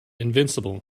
invincible